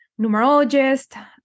numerologist